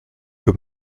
que